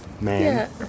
man